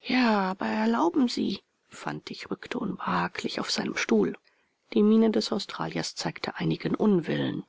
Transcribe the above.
ja aber erlauben sie fantig rückte unbehaglich auf seinem stuhl die miene des australiers zeigte einigen unwillen